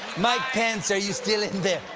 mike pence, are you still in there?